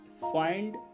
find